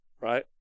right